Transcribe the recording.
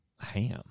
ham